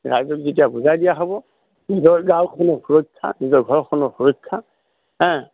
ৰাইজক যেতিয়া বুজাই দিয়া হ'ব নিজৰ গাঁওখনৰ সুৰক্ষা নিজৰ ঘৰখনৰ সুৰক্ষা হে